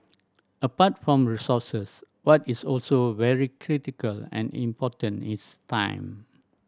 apart from resources what is also very critical and important is time